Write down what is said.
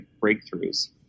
breakthroughs